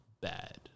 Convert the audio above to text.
bad